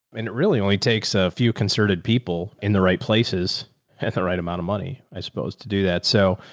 and it really only takes a few concerted people in the right places at the right amount of money, i suppose, to do that. so.